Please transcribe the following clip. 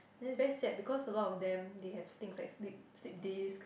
then is very sad because a lot of them they have things like slip slip disc